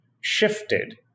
shifted